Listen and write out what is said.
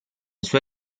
sue